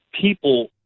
people